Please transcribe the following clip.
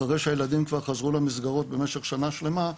אחרי שהילדים כבר חזרו למסגרות במשך שנה שלמה,